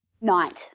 Night